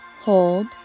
Hold